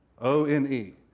O-N-E